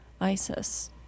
ISIS